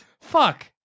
Fuck